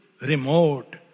remote